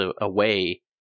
away